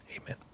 amen